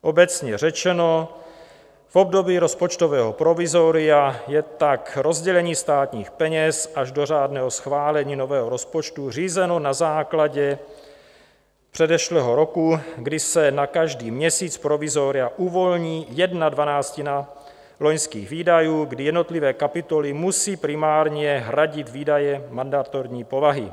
Obecně řečeno v období rozpočtového provizoria je tak rozdělení státních peněz až do řádného schválení nového rozpočtu řízeno na základě předešlého roku, kdy se na každý měsíc provizoria uvolní 1/12 loňských výdajů, kdy jednotlivé kapitoly musí primárně hradit výdaje mandatorní povahy.